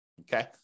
Okay